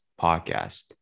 podcast